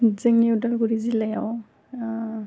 जोंनि अदालगुरि जिल्लायाव